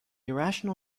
irrational